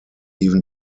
even